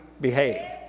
behave